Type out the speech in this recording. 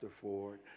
Ford